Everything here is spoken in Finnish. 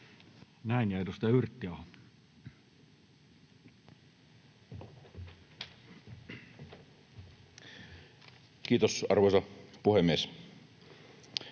Näin. — Ja edustaja Yrttiaho. Kiitos, arvoisa puhemies!